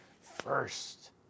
first